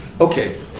okay